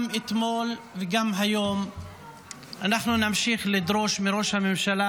גם אתמול וגם היום אנחנו נמשיך לדרוש מראש הממשלה